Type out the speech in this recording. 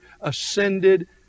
ascended